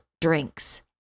drinks